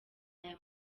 aya